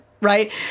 Right